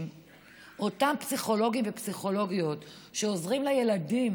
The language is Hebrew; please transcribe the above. אותם פסיכולוגים ופסיכולוגיות שעוזרים לילדים